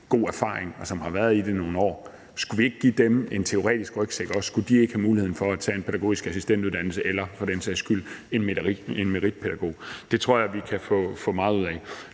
god erfaring, og som har været i det i nogle år, nemlig om vi ikke også skulle give dem en teoretisk rygsæk. Skulle de ikke have muligheden for at tage en pædagogisk assistentuddannelse eller for den sags skyld en meritpædagoguddannelse? Det tror jeg vi kan få meget ud af.